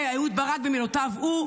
ואת אהוד ברק במילותיו הוא,